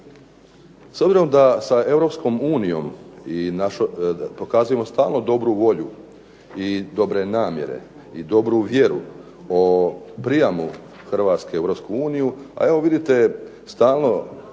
S obzirom da sa Europskom unijom i pokazujemo stalno dobru volju i dobre namjere i dobru vjeru o prijamu Hrvatske u Europsku uniju stalno